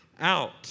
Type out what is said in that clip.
out